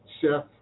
chef